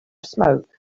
smoke